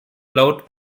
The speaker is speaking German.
laut